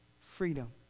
freedom